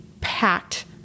packed